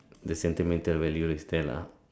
the sentimental value is there lah